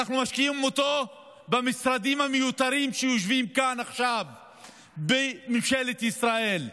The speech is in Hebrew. ואנחנו משקיעים אותו במשרדים המיותרים שיושבים כאן עכשיו בממשלת ישראל.